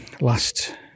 last